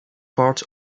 part